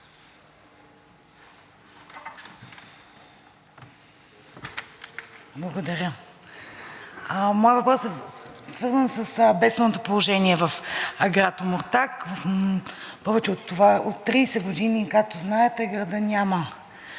Благодаря. Моят въпрос е свързан с обявеното бедствено положение в град Омуртаг. Повече от 30 години, както знаете, градът няма